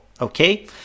okay